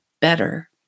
better